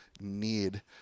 need